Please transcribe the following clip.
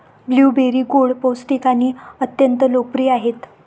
blueberry गोड, पौष्टिक आणि अत्यंत लोकप्रिय आहेत